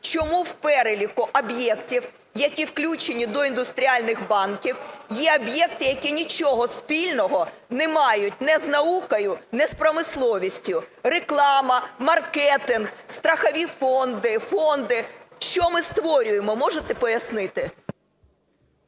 Чому в переліку об'єктів, які включені до індустріальних парків, є об'єкти, які нічого спільного не мають ні з наукою, ні з промисловістю – реклама, маркетинг, страхові фонди, фонди? Що ми створюємо, можете пояснити?